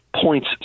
points